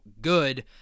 good